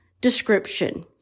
description